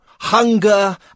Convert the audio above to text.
hunger